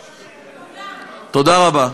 לא, אבל, תודה רבה.